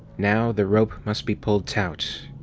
now the rope must be pulled taut.